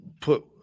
Put